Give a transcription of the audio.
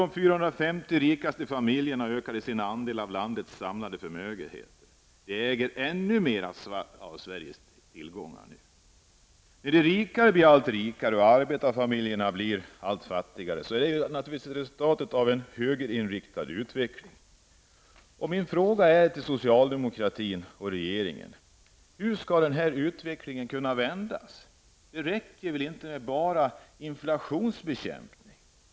De 450 rikaste familjerna ökade sin andel av landets samlade förmögenhet. Nu äger de ännu mera av Sveriges tillgångar. När de rika blir allt rikare och arbetarfamiljerna allt fattigare, är det naturligtvis resultatet av en högerinriktad utveckling. Min fråga till socialdemokratin och regeringen är: Hur skall denna utveckling kunna vändas? Det räcker väl inte med bara inflationsbekämpning?